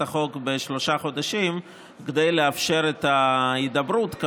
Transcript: החוק בשלושה חודשים כדי לאפשר את ההידברות.